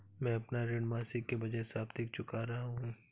मैं अपना ऋण मासिक के बजाय साप्ताहिक चुका रहा हूँ